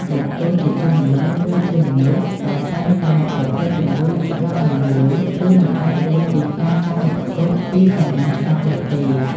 បុគ្គលជាជនល្មើសឬជាមនុស្សដែលតែងតែប្រព្រឹត្តទង្វើអាក្រក់ណាមួយ គឺមិនអាចរួចពីការចាប់ដាក់គុក ពីសំណាញ់ច្បាប់នោះទេ។